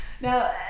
Now